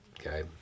Okay